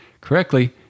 correctly